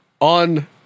on